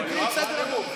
תקריא את סדר הדוברים.